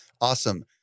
Awesome